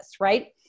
right